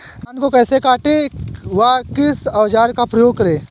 धान को कैसे काटे व किस औजार का उपयोग करें?